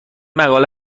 مقاله